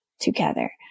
together